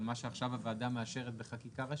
מה שעכשיו הוועדה מאשרת בחקיקה ראשית,